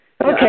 Okay